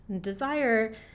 desire